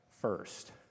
first